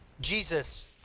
Jesus